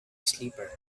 sleeper